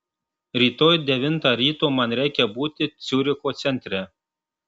rytoj devintą ryto man reikia būti ciuricho centre